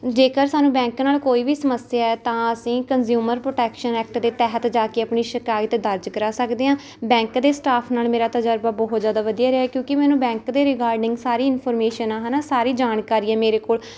ਜੇਕਰ ਸਾਨੂੰ ਬੈਂਕ ਨਾਲ ਕੋਈ ਵੀ ਸਮੱਸਿਆ ਹੈ ਤਾਂ ਅਸੀਂ ਕਨਜਿਉਂਮਰ ਪਰੋਟੈਕਸ਼ਨ ਐਕਟ ਦੇ ਤਹਿਤ ਜਾ ਕੇ ਆਪਣੀ ਸ਼ਿਕਾਇਤ ਦਰਜ ਕਰਾ ਸਕਦੇ ਹਾਂ ਬੈਂਕ ਦੇ ਸਟਾਫ ਨਾਲ ਮੇਰਾ ਤਜ਼ਰਬਾ ਬਹੁਤ ਜ਼ਿਆਦਾ ਵਧੀਆ ਰਿਹਾ ਕਿਉਂਕਿ ਮੈਨੂੰ ਬੈਂਕ ਦੇ ਰਿਗਾਰਡਿੰਗ ਸਾਰੀ ਇਨਫ਼ਰਮੇਸ਼ਨ ਆ ਹੈ ਨਾ ਸਾਰੀ ਜਾਣਕਾਰੀ ਆ ਮੇਰੇ ਕੋਲ